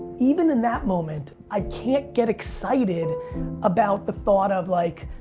even in that moment, i can't get excited about the thought of like,